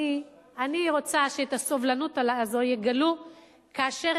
אני רוצה שאת הסובלנות הזאת יגלו כאשר